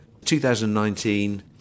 2019